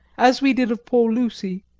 as we did of poor lucy,